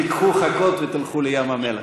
קחו חכות ולכו לים-המלח.